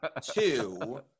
Two